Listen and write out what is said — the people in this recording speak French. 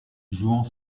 jouant